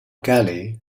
galley